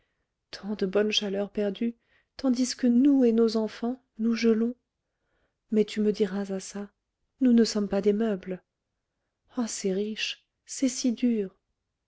tant de bonne chaleur perdue tandis que nous et nos enfants nous gelons mais tu me diras à ça nous ne sommes pas des meubles oh ces riches c'est si dur